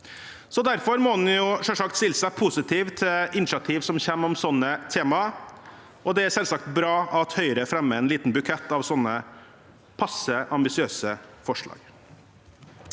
Derfor må man selvsagt stille seg positiv til initiativ som kommer om sånne tema. Det er bra at Høyre fremmer en liten bukett av sånn passe ambisiøse forslag,